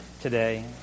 today